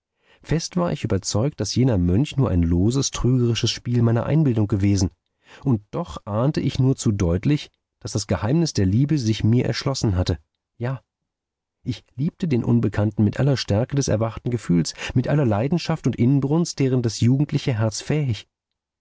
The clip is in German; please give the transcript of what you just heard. fest war ich überzeugt daß jener mönch nur ein loses trügerisches spiel meiner einbildung gewesen und doch ahnte ich nur zu deutlich daß das geheimnis der liebe sich mir erschlossen hatte ja ich liebte den unbekannten mit aller stärke des erwachten gefühls mit aller leidenschaft und inbrunst deren das jugendliche herz fähig